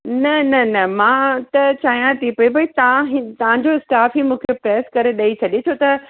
न न न मां त चाहियां थी पेई भई तव्हां ही तव्हांजो स्टाफ़ ही मूंखे प्रेस करे ॾेई छॾे छो त